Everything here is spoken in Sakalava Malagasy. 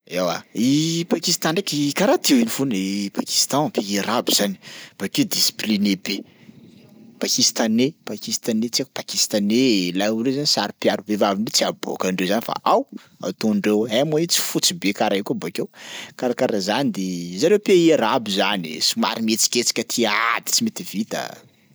Eoa i Pakistan ndraiky karaha teo iny foana i Pakistan, pays arabo zany. Bakeo discipliné be, pakistanais pakistanais tsy haiko pakistanais laolo reo zany saropiaro, vehivavindreo tsy aboakandreo zany fa ao ataondreo ay moa i tsy fotsy be karaha io koa bakeo, karakaraha zany de zareo pays arabo zany e somary mihetsiketsika tia ady tsy mety vita.